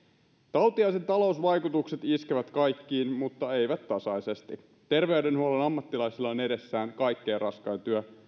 tauti ja sen talousvaikutukset iskevät kaikkiin mutta eivät tasaisesti terveydenhuollon ammattilaisilla on edessään kaikkein raskain työ